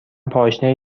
پاشنه